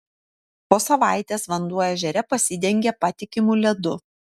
po savaitės vanduo ežere pasidengė patikimu ledu